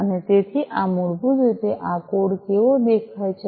અને તેથી આ મૂળભૂત રીતે આ કોડ કેવો દેખાય છે